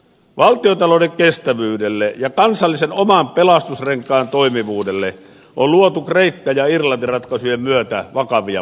valtiontalouden kestävyydelle ja kansallisen oman pelastusrenkaamme toimivuudelle on luotu kreikka ja irlanti ratkaisujen myötä vakavia paineita